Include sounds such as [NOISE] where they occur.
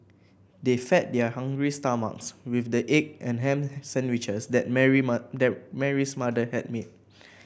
they fed their hungry stomachs with the egg and ham sandwiches that Mary [UNINTELLIGIBLE] that Mary's mother had made